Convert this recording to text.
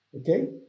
Okay